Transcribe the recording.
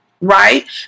right